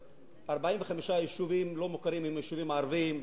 ש-45 יישובים לא מוכרים הם יישובים ערביים?